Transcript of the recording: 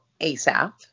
ASAP